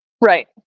Right